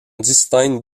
distingue